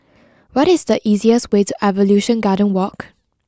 what is the easiest way to Evolution Garden Walk